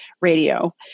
Radio